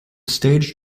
stage